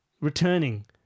returning